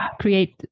create